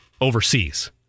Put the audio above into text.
overseas